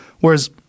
Whereas